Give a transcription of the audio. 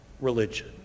religion